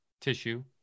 tissue